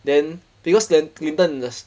then because clin~ clinton is